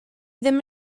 ddim